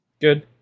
Good